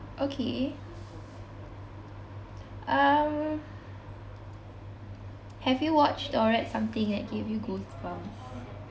okay um have you watched or read something that gave you goosebumps